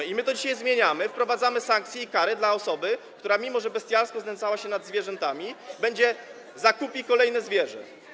I my to dzisiaj zmieniamy, wprowadzamy sankcje i kary dla osoby, która, mimo że bestialsko znęcała się nad zwierzętami, zakupi kolejne zwierzę.